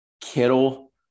Kittle